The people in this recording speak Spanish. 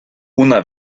una